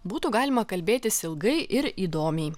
būtų galima kalbėtis ilgai ir įdomiai